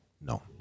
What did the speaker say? no